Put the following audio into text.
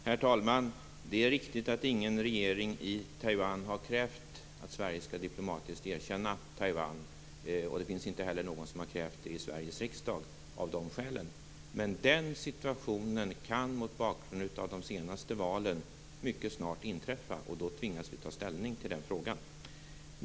Herr talman! Det är riktigt att ingen regering i Taiwan har krävt att Sverige skall diplomatiskt erkänna Taiwan. Ingen i Sveriges riksdag har heller krävt det, just av nämnda skäl. Men den situationen kan, mot bakgrund av de senaste valen, mycket snart inträffa. Då tvingas vi att ta ställning i den frågan.